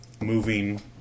moving